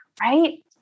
Right